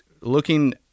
looking